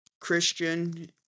Christian